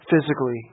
physically